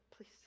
please